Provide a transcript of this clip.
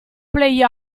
play